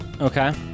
Okay